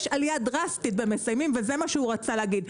יש עלייה דרסטית במסיימים, וזה מה שהוא רצה להגיד.